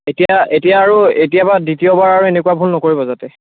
এতিয়া এতিয়া আৰু এতিয়াৰ পৰা দ্বিতীয়বাৰ আৰু এনেকুৱা ভুল নকৰিব যাতে